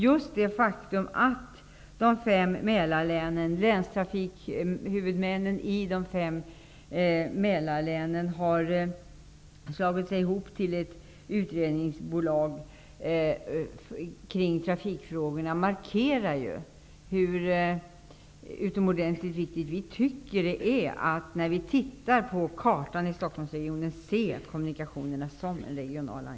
Just det faktum att länstrafikhuvudmännen i de fem Mälarlänen har slagit sig samman till ett utredningsbolag kring trafikfrågorna markerar ju hur utomordentligt viktigt vi tycker att det är att se kommunikationerna som en regional angelägenhet när vi tittar på kartan i Stockholmsregionen.